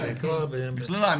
זה נקרא חללי מערכות ישראל.